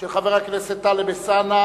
של חבר הכנסת טלב אלסאנע,